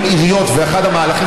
אחד המהלכים,